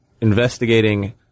investigating